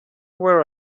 where